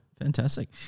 fantastic